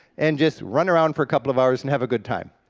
and just run around for a couple of hours and have a good time.